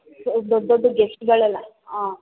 ದೊಡ್ಡ ದೊಡ್ಡದು ಗೆಸ್ಟ್ಗಳೆಲ್ಲ ಹಾಂ